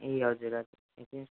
ए हजुर हजुर हेरिदिनु होस् न